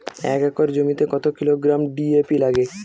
এক একর জমিতে কত কিলোগ্রাম ডি.এ.পি লাগে?